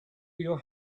your